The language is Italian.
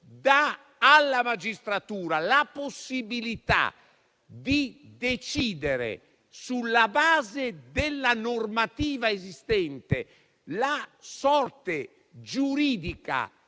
dà alla magistratura la possibilità di decidere, sulla base della normativa esistente, la sorte giuridica